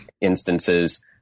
instances